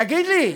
תגיד לי,